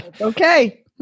Okay